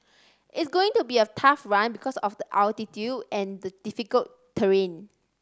it's going to be a tough run because of the altitude and the difficult terrain